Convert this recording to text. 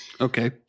Okay